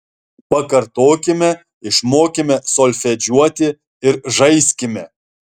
pakartokime išmokime solfedžiuoti ir žaiskime